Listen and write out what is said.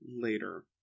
later